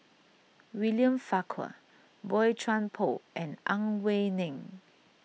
William Farquhar Boey Chuan Poh and Ang Wei Neng